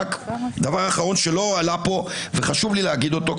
דבר אחרון שלא עלה פה וחשוב לי להגיד אותו,